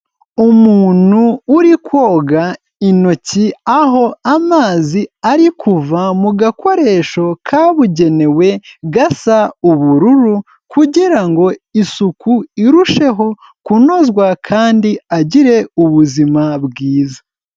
Umuntu uri koga intoki aho amazi ari kuva mu gakoresho kabugenewe, gasa ubururu kugira ngo isuku irusheho kunozwa kandi agire ubuzima bwiza.